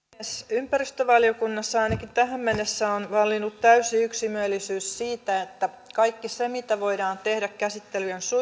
ympäristövaliokunnassa ainakin tähän mennessä on vallinnut täysi yksimielisyys siitä että kaikki se mitä voidaan tehdä käsittelyjen